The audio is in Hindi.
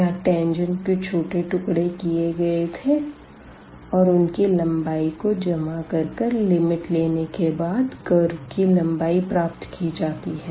यहाँ टेंजेंट के छोटे टुकड़े किए गए थे और उनकी लम्बाई को जमा कर कर लिमिट लेने के बाद कर्व की लम्बाई प्राप्त की जाती है